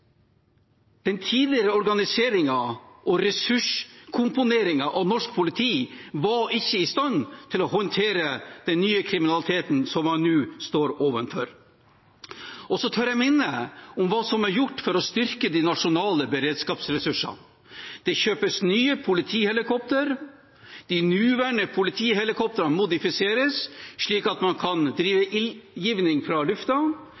Den tidligere organiseringen og ressurskomponeringen av norsk politi var ikke i stand til å håndtere den nye kriminaliteten som man nå står overfor. Jeg tør minne om hva som er gjort for å styrke de nasjonale beredskapsressursene. Det kjøpes nye politihelikoptre. De nåværende politihelikoptrene modifiseres, slik at man kan drive ildgivning fra